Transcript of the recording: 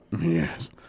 Yes